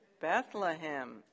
Bethlehem